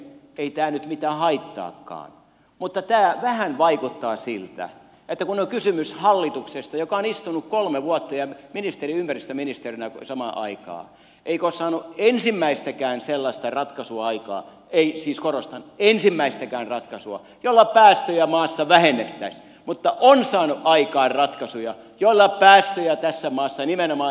ei tämä nyt mitään haittaakaan mutta tämä vähän vaikuttaa siltä että on kysymys hallituksesta joka on istunut kolme vuotta ja jonka ministeri on ollut ympäristöministerinä saman ajan eikä ole saanut ensimmäistäkään sellaista ratkaisua aikaan siis korostan ei ensimmäistäkään ratkaisua jolla päästöjä maassa vähennettäisiin mutta on saanut aikaan ratkaisuja joilla päästöjä tässä maassa lisätään nimenomaan energiantuotannossa